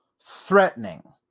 threatening